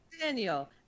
Daniel